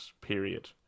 period